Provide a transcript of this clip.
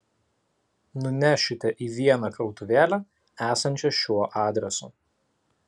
nunešite į vieną krautuvėlę esančią šiuo adresu